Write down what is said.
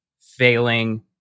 failing